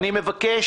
אני מבקש